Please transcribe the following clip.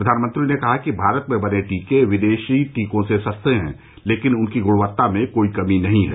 प्रधानमंत्री ने कहा कि भारत में बने टीके विदेशी टीकों से सस्ते हैं लेकिन उनकी गुणवत्ता में कोई कमी नहीं हैं